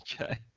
Okay